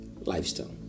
lifestyle